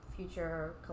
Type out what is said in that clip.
future